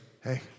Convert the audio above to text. hey